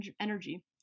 energy